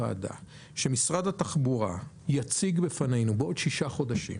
ועדה שמשרד התחבורה יציג בפנינו בעוד שישה חודשים